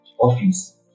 office